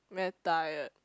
very tired